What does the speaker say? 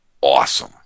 awesome